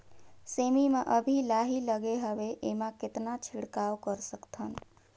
सेमी म अभी लाही लगे हवे एमा कतना छिड़काव कर सकथन?